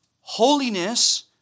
Holiness